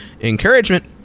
Encouragement